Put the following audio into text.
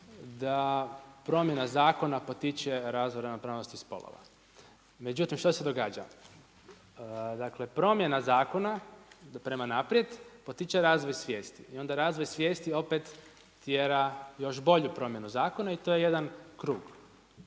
da promjena zakona potiče razvoju ravnopravnosti spolova, međutim što se događa? Promjena zakona prema naprijed potiče razvoj svijesti i onda razvoj svijesti opet tjera još bolju promjenu zakona i to je jedan krug,